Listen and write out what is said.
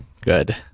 good